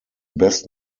best